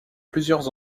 plusieurs